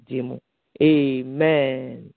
Amen